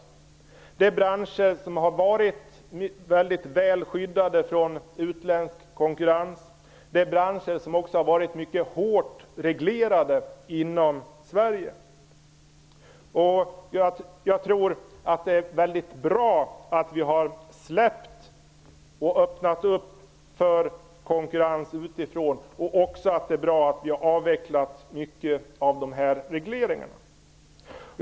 Det är fråga om branscher som har varit väldigt skyddade från utländsk konkurrens och som också har varit mycket hårt reglerade inom Sverige. Jag tror att det är väldigt bra att vi har öppnat upp för konkurrens utifrån. Jag tror också att det är bra att vi har avvecklat många av regleringarna.